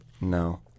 No